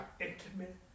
intimate